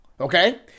okay